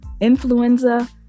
Influenza